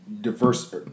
diverse